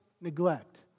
neglect